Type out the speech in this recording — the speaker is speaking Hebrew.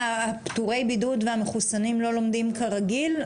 פטורי בידוד והמחוסנים לא לומדים כרגיל?